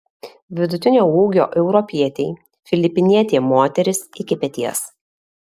vidutinio ūgio europietei filipinietė moteris iki peties